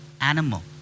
animal